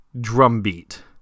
drumbeat